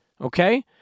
okay